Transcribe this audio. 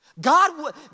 God